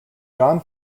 john